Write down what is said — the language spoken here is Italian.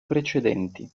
precedenti